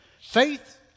Faith